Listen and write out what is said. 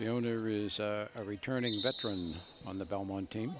the owner is a returning veteran on the belmont team